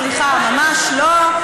סליחה, ממש לא.